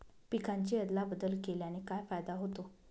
पिकांची अदला बदल केल्याने काय फायदा होतो?